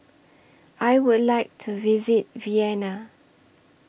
I Would like to visit Vienna